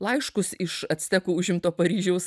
laiškus iš actekų užimto paryžiaus